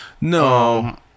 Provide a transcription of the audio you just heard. No